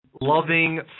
loving